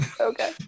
Okay